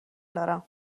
دارم